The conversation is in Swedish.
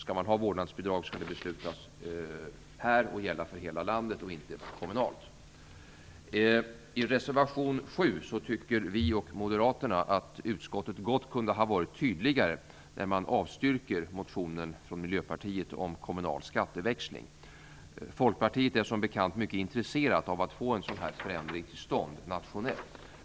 Skall man ha vårdnadsbidrag skall det beslutas här och gälla för hela landet och inte kommunalt. I reservation 7 tycker vi och moderaterna att utskottet gott kunde ha varit tydligare när man avstyrker motionen från Miljöpartiet om kommunal skatteväxling. Folkpartiet är som bekant mycket intresserat av att få en sådan här förändring till stånd nationellt.